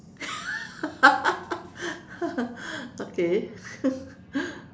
okay